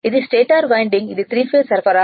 ఇది stator winding ఇది three phase సరఫరా